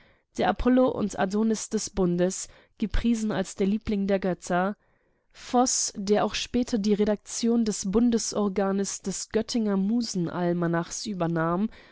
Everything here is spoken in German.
der apollo und adonis des bundes gepriesen als der liebling der götter voß der später die redaktion des bundesorganes des göttinger musenalmanachs übernahm